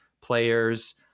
players